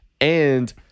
And-